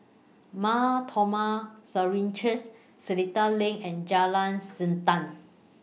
Mar Thoma Syrian Church Seletar LINK and Jalan Siantan